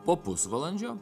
po pusvalandžio